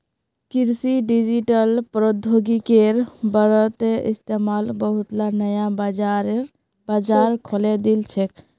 कृषित डिजिटल प्रौद्योगिकिर बढ़ त इस्तमाल बहुतला नया बाजार खोले दिल छेक